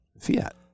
Fiat